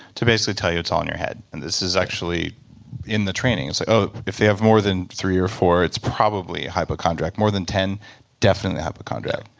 to basically tell you it's all in your head. and this is actually in the training. and so if they have more than three or four, it's probably hypochondriac. more than ten definitely hypochondriac.